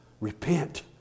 Repent